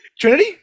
trinity